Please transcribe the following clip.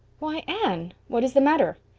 why, anne, what is the matter?